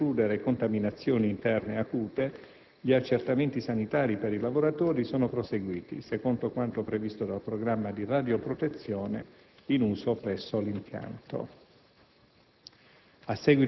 Avendo potuto escludere contaminazioni interne acute, gli accertamenti sanitari per i lavoratori sono proseguiti secondo quanto previsto dal programma di radioprotezione in uso presso l'impianto.